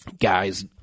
guys